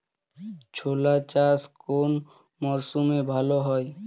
ছোলা চাষ কোন মরশুমে ভালো হয়?